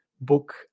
book